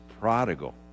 prodigal